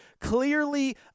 Clearly